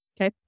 Okay